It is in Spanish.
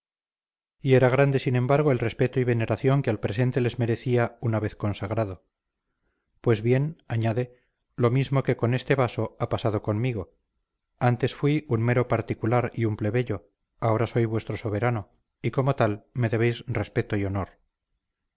y era grande sin embargo el respeto y veneración que al presente les merecía una vez consagrado pues bien añade los mismos que con este vaso ha pasado conmigo antes fui un mero particular y un plebeyo ahora soy vuestro soberano y como tal me debéis respeto y honor